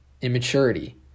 immaturity